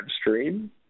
stream